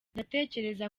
ndatekereza